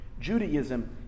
Judaism